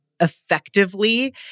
effectively